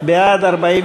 הביטחון,